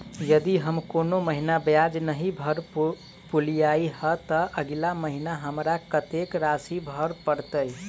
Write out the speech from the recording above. यदि हम कोनो महीना ब्याज नहि भर पेलीअइ, तऽ अगिला महीना हमरा कत्तेक राशि भर पड़तय?